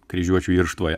kryžiuočių irštvoje